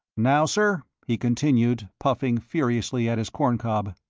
now, sir, he continued, puffing furiously at his corn-cob,